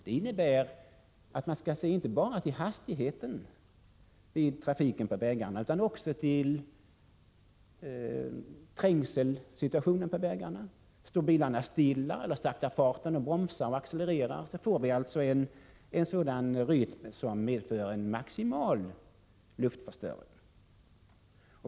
Det innebär att man inte bara skall se till hastigheten i trafiken på vägarna utan också till trängseln på vägarna. Står bilarna stilla, eller saktar farten, bromsar och accelererar, så blir det alltså en sådan rytm som medför en maximal luftförstöring.